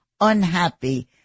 unhappy